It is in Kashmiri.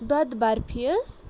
دۄدٕ بَرفی حظ